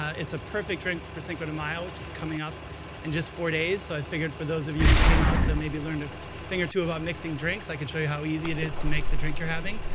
it's a perfect drink for cinco de mayo, which is coming up in and just four days. so i figured for those of you who came out to maybe learn a thing or two about mixing drinks, i could show you how easy it is to make the drink you're having.